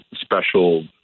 special